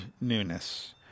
newness